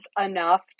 enough